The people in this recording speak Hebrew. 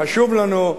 חשוב לנו,